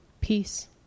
peace